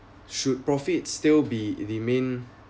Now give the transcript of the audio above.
should profits still be the main